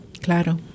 Claro